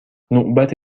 نوبت